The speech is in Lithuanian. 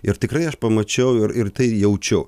ir tikrai aš pamačiau ir ir tai jaučiu